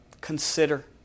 Consider